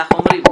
כך אומרים,